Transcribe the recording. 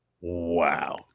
wow